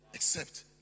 accept